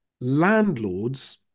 landlords